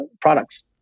products